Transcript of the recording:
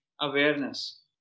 Awareness